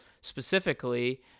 specifically